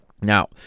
Now